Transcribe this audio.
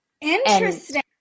Interesting